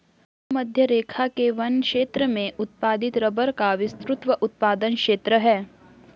भूमध्यरेखा के वन क्षेत्र में उत्पादित रबर का विस्तृत उत्पादन क्षेत्र है